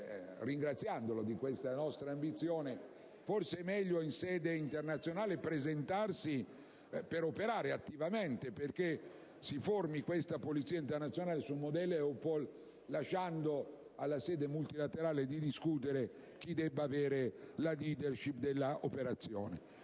ringraziandola di questa ambizione, che forse è meglio presentarsi in sede internazionale per operare attivamente perché si formi questa polizia internazionale sul modello EUPOL, lasciando alla sede multilaterale di discutere chi debba avere la *leadership* dell'operazione.